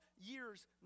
years